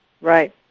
Right